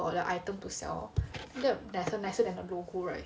or their item to sell that better than the logo right